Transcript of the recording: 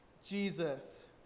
Jesus